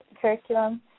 curriculum